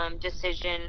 decision